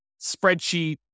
spreadsheet